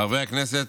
חברי הכנסת,